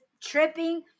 tripping